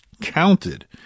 counted